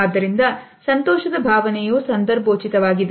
ಆದ್ದರಿಂದ ಸಂತೋಷದ ಭಾವನೆಯು ಸಂದರ್ಭೋಚಿತವಾಗಿದೆ